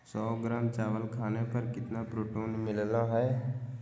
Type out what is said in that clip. सौ ग्राम चावल खाने पर कितना प्रोटीन मिलना हैय?